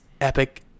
epic